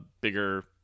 bigger